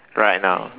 right now